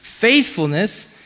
faithfulness